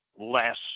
less